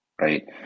right